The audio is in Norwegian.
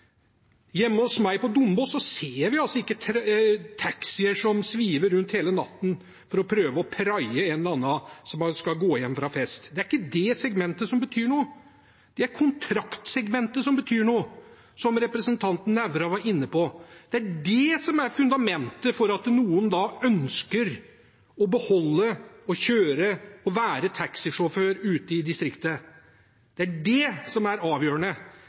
hjemme hos meg på Dombås. Der ser vi ikke taxier som sviver rundt hele natten for å prøve å praie en eller annen som skal hjem fra fest. Det er ikke det segmentet som betyr noe. Det er kontraktssegmentet som betyr noe, slik representanten Nævra var inne på. Det er det som er fundamentet for at noen ønsker å fortsette å kjøre og være taxisjåfør ute i distriktet. Det er det som er avgjørende,